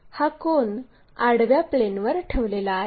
हा कोन आडव्या प्लेनवर ठेवलेला आहे